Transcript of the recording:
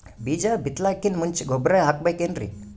ಬೀಜ ಬಿತಲಾಕಿನ್ ಮುಂಚ ಗೊಬ್ಬರ ಹಾಕಬೇಕ್ ಏನ್ರೀ?